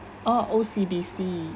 oh O_C_B_C